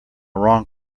wrong